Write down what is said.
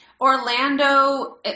Orlando